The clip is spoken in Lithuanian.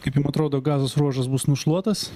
kaip jum atrodo gazos ruožas bus nušluotas